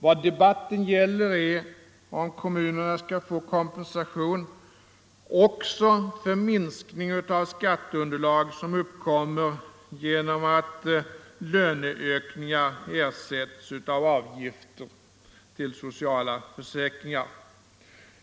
Vad debatten gäller är om kommunerna skall få kompensation också för minskning av skatteunderlag som uppkommer genom att löneökningar ersätts av avgifter till sociala försäkringar.